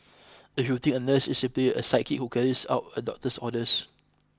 if you think a nurse is simply a sidekick who carries out a doctor's orders